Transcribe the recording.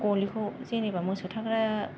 गलिखौ जेनेबा मोसौ थाग्रा